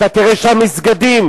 אתה תראה שם מסגדים,